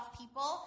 people